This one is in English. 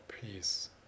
peace